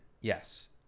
yes